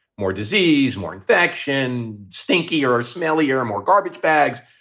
more disease, more infection. stinky or or smelly or more garbage bags.